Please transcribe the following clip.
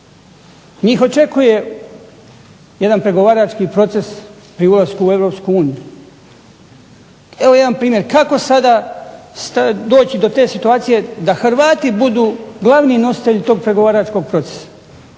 Njih očekuje jedan pregovarački proces pri ulasku u Europsku uniju. Evo jedan primjer kako sada doći do te situacije da Hrvati budu glavni nositelji tog pregovaračkog procesa.